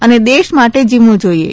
અને દેશ માટે જીવવુ જોઇએ